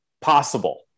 possible